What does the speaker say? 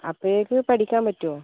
അപ്പോഴേക്കും പഠിക്കാൻ പറ്റുവോ